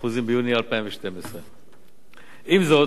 ביוני 2012. עם זאת,